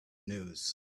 news